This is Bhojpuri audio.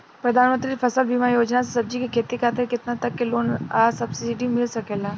प्रधानमंत्री फसल बीमा योजना से सब्जी के खेती खातिर केतना तक के लोन आ सब्सिडी मिल सकेला?